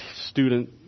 student